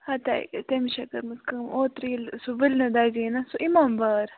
ہَتے تٔمِس چھَکھ کٔرمٕژ کٲم اوترٕ ییٚلہِ سُہ ؤلنہِ دَزے نا سُہ اِمام بار